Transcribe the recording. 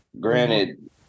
Granted